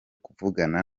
kuvugana